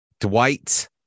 Dwight